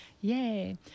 Yay